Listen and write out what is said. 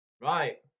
Right